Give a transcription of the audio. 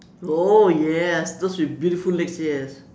oh yes those with beautiful legs yes